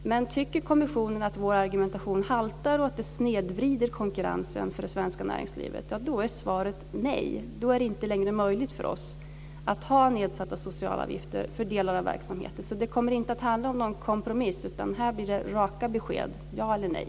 Men tycker kommissionen att vår argumentation haltar och att systemet snedvrider konkurrensen för det svenska näringslivet är svaret nej. Då är det inte längre möjligt för oss att ha nedsatta socialavgifter för delar av verksamheten. Det kommer inte att handla om någon kompromiss. Här blir det raka besked: Ja eller nej.